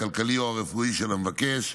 הכלכלי או הרפואי של המבקש.